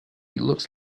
looks